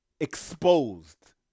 exposed